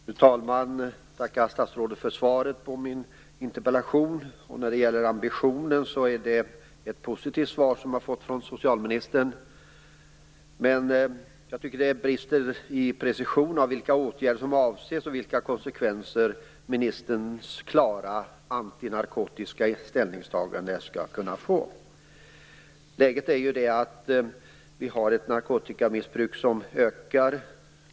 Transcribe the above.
Fru talman! Jag tackar statsrådet för svaret på min interpellation. I fråga om ambitionsnivån är svaret från socialministern positivt. Men jag tycker svaret brister i precision i fråga om vilka åtgärder som avses och vilka konsekvenser ministerns klara antinarkotiska ställningstagande skall kunna få. Narkotikamissbruket ökar.